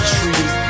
trees